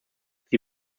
sie